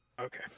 Okay